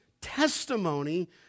testimony